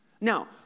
Now